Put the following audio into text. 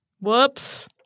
Whoops